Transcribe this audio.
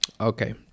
Okay